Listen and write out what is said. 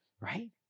right